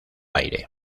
aire